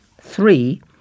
three